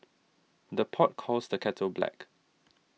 the pot calls the kettle black